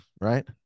right